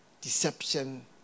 deception